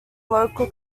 local